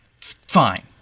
Fine